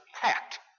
packed